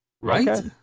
right